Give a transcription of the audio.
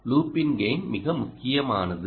லூப்பின் கெய்ன் மிக முக்கியமானது